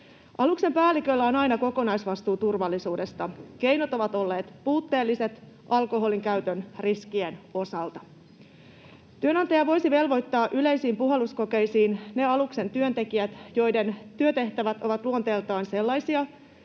Aluksen päälliköllä on aina kokonaisvastuu turvallisuudesta. Keinot ovat olleet puutteelliset alkoholinkäytön riskien osalta. Työnantaja voisi velvoittaa yleisiin puhalluskokeisiin ne aluksen työntekijät, joiden työtehtävät ovat luonteeltaan sellaisia,